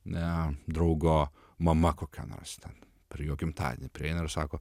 draugo mama kokia nors ten per jo gimtadienį prieina ir sako